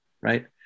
Right